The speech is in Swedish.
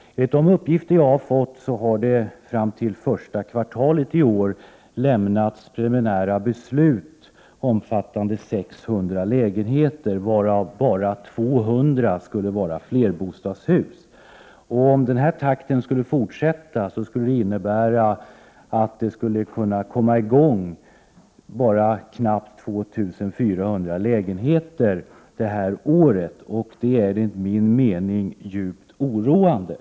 Enligt de uppgifter som jag fått har det fram till första kvartalet i år fattats preliminära beslut beträffande 600 lägenheter, varav bara 200 skulle vara i flerbostadshus. Om det får fortsätta i den här takten, innebär det att man skulle komma i gång med bara knappt 2 400 lägenheter i år. Detta är Prot. 1988/89:113 enligt min mening djupt oroande.